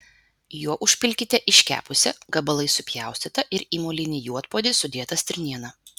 juo užpilkite iškepusią gabalais supjaustytą ir į molinį juodpuodį sudėtą stirnieną